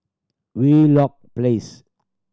Wheelock Place